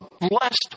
blessed